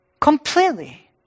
Completely